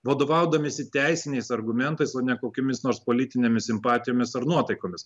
vadovaudamiesi teisiniais argumentais o ne kokiomis nors politinėmis simpatijomis ar nuotaikomis